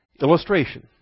Illustration